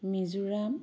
Mizoram